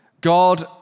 God